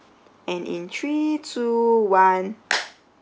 and in three two one